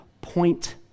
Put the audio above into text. point